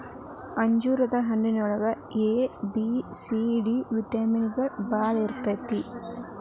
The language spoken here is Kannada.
ಅಂಜೂರ ಹಣ್ಣಿನೊಳಗ A, B, C, D vitamin ಬಾಳ ಇರ್ತೈತಿ